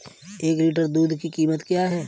एक लीटर दूध की कीमत क्या है?